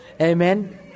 Amen